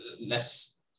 less